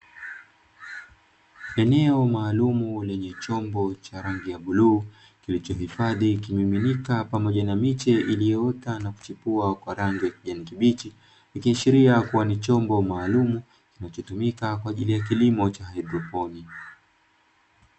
Eneo maalumu lenye chombo cha rangi ya bluu, kilichohifadhi kimiminika pamoja na miche iliyoota na kuchipua kwa rangi ya kijani kibichi. Ikiashiria kuwa ni chombo maalumu kinachotumika kwa ajili ya kilimo cha haidroponi.